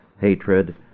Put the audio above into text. hatred